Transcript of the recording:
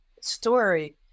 story